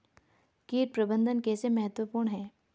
कीट प्रबंधन कैसे महत्वपूर्ण है?